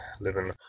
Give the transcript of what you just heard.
living